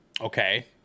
Okay